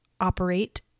operate